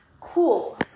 cool